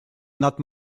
not